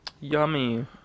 Yummy